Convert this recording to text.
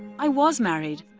i was married.